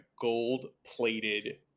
gold-plated